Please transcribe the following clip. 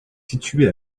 située